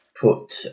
put